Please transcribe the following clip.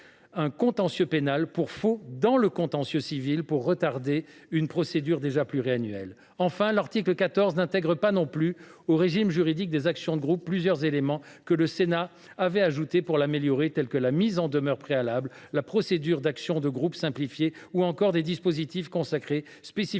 un contentieux pénal, pour faux, de manière à retarder une procédure déjà pluriannuelle. Enfin, l’article 14 néglige d’intégrer au régime juridique des actions de groupe plusieurs éléments que le Sénat avait ajoutés, tels que la mise en demeure préalable, la procédure d’action de groupe simplifiée, ou encore des dispositifs consacrés spécifiquement à la